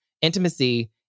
Intimacy